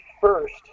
first